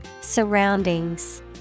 Surroundings